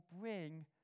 bring